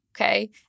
okay